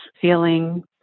feeling